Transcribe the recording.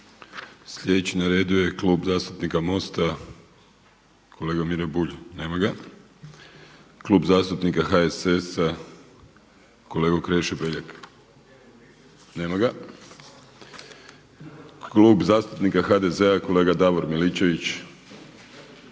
Sljedeći na redu je Klub zastupnika MOST-a kolega Miro Bulj. Nema ga. Klub zastupnika HSS-a, kolega Krešo Beljak. Nema ga. Klub zastupnika HDZ-a kolega Davor Miličević.